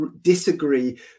disagree